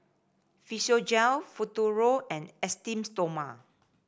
Physiogel Futuro and Esteem Stoma